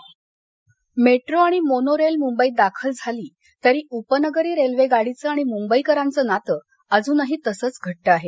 मध्य railway metro आणि monorail मुंबईत दाखल झाली तरी उपनगरी रेल्वे गाडीचं आणि मुंबईकरांचं नातं अजूनही तसच घट्ट आहे